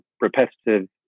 repetitive